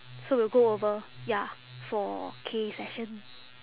so we'll go over ya for K session